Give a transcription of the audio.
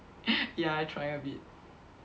ya I trying a bit